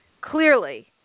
clearly